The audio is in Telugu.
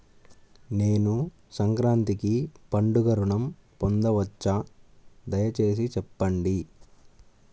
నేను సంక్రాంతికి పండుగ ఋణం పొందవచ్చా? దయచేసి చెప్పండి?